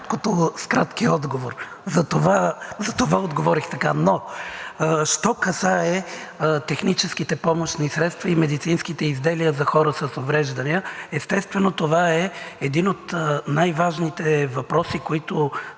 с краткия отговор, затова отговорих така. Но що касае техническите помощни средства и медицинските изделия за хората с увреждания, естествено, това е един от най-важните въпроси, които